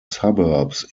suburbs